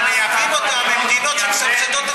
מייבאים אותן ממדינות שמסבסדות את